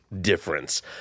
difference